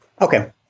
Okay